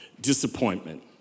disappointment